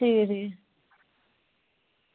ठीक ऐ ठीक ऐ